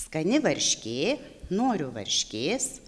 skani varškė noriu varškės